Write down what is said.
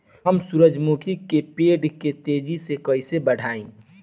हम सुरुजमुखी के पेड़ के तेजी से कईसे बढ़ाई?